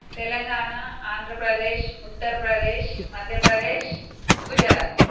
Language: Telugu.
తెలంగాణ ఆంధ్రప్రదేశ్ ఉత్తరప్రదేశ్ మధ్యప్రదేశ్ గుజరాత్